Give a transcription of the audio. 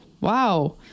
Wow